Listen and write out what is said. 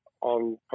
on